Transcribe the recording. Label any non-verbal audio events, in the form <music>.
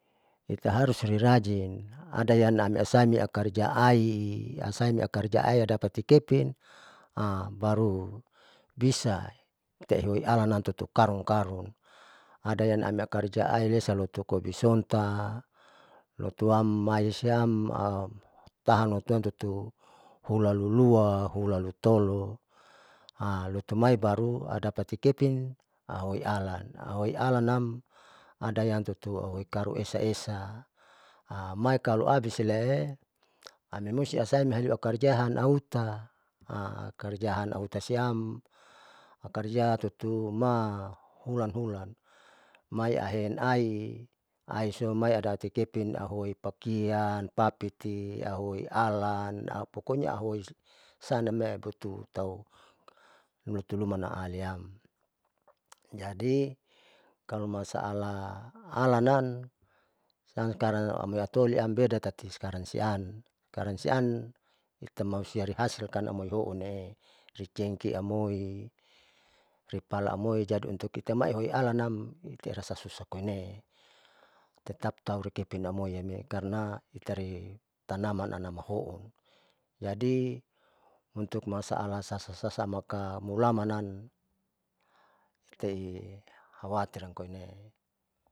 Itaharus lirajin adayang aniasaini karja ai iamsain ikarja aiadapati kepin <hesitation> baru bisaitaimorin alanam tutukarun karun adayang amiakarja aisalutu kobisonta lotuam maisiam <hesitation> autahan laina tutu hulan lua hula tolu, <hesitation> lutumai baru adatatikepin ahuoi alan auhoi alanam adayang tutu karun esa esa <hesitation> maikalo abisile amimusti asai amiulakarja sian auta <hesitation> karjaan auta siam aukarja tutuma hulan hulan mai ahen aiadati kepin auhuoi pakian papiti huoi alan aupokoknya au sanamee bututau lutunuma maaliam <noise> jadi kalo masaalah halanam siam skaran aiataoliam beda tati sekarang siam, skrang sian itamasti iariasti maluhounle tucengki amoi ripala amoi jadi untutitai maioialanan itairasa susah koine tetap taurekin piamoi karna itaraa tanaman anama houn, jadi untuk masaala sasan maka mulamanan itai hawatir amkoinee.